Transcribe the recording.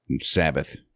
Sabbath